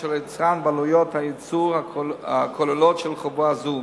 של היצרן ובעלויות הייצור הכוללות של חובה זו.